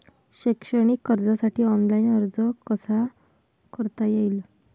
शैक्षणिक कर्जासाठी ऑनलाईन अर्ज कसा करता येईल?